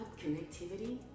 connectivity